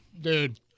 Dude